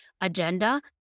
agenda